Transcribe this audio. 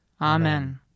Amen